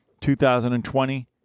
2020